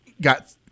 got